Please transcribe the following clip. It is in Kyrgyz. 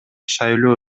шайлоо